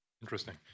Interesting